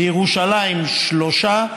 בירושלים שלושה,